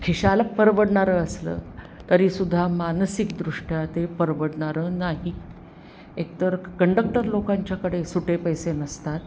खिशाला परवडणारं असलं तरी सुद्धा मानसिकदृष्ट्या ते परवडणारं नाही एक तर कंडक्टर लोकांच्याकडे सुटे पैसे नसतात